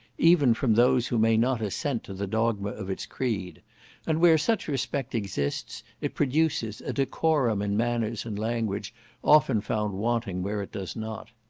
even from those who may not assent to the dogma of its creed and where such respect exists, it produces a decorum in manners and language often found wanting where it does not.